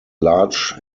large